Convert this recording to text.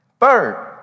Third